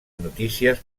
notícies